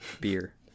beer